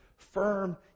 Firm